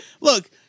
Look